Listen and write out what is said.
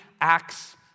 acts